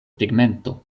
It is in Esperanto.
tegmento